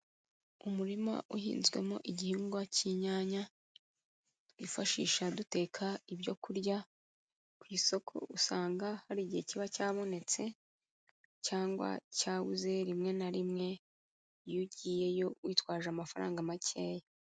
Umurima uhinzwemo igihingwa cy'inyanya twifashisha duteka ibyo kurya, ku isoko usanga hari igihe kiba cyabonetse cyangwa cyabuze rimwe na rimwe, iyo ugiyeyo witwaje amafaranga makeya.